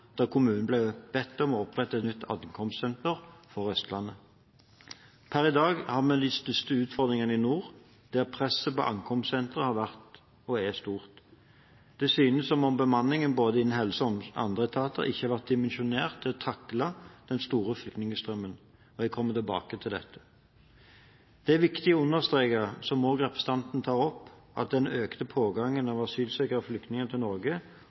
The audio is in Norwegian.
da kommunen ble bedt om å opprette et nytt ankomstsenter for Østlandet. Per i dag har vi de største utfordringene i nord, der presset på ankomstsenteret har vært og er stort. Det synes som om bemanningen innen både helse og andre etater ikke har vært dimensjonert til å takle den store flyktningstrømmen. Jeg kommer tilbake til dette. Det er viktig å understreke, som også representanten tar opp, at den økte pågangen av asylsøkere og flyktninger til Norge